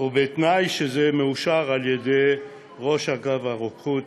ובתנאי שזה מאושר על ידי ראש אגף הרוקחות,